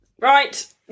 Right